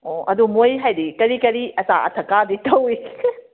ꯑꯣ ꯑꯗꯣ ꯃꯣꯏ ꯍꯥꯏꯗꯤ ꯀꯔꯤ ꯀꯔꯤ ꯑꯆꯥ ꯑꯊꯛ ꯀꯥꯗꯤ ꯇꯧꯋꯤ